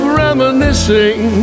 reminiscing